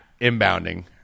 inbounding